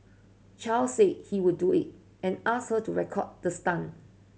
Chow said he would do it and ask her to record the stunt